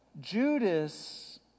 Judas